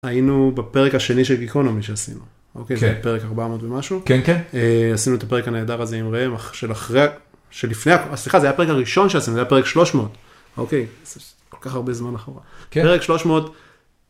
היינו בפרק השני של גיקונומי שעשינו אוקיי, זה היה פרק 400 ומשהו כן כן עשינו את הפרק הנהדר הזה עם ראם של אחרי שלפני הפרק הראשון שעשינו, זה היה פרק 300. אוקיי כל כך הרבה זמן אחורה פרק 300.